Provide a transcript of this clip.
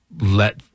let